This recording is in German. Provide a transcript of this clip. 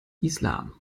islam